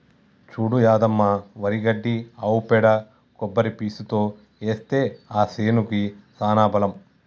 చూడు యాదమ్మ వరి గడ్డి ఆవు పేడ కొబ్బరి పీసుతో ఏస్తే ఆ సేనుకి సానా బలం